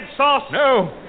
No